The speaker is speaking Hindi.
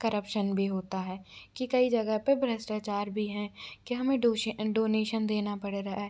करप्शन भी होता है कि कई जगह पर भ्रष्टाचार भी हैं कि हमें डोनेशन देना पड़ रहा है